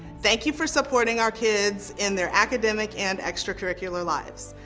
thank you for supporting our kids in their academic and extracurricular lives.